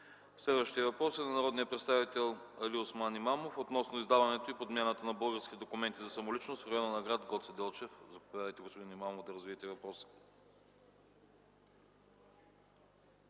Следващият въпрос е на народния представител Алиосман Имамов – относно издаването и подмяната на българските документи за самоличност в района на гр. Гоце Делчев. Господин Имамов, заповядайте да развиете въпроса.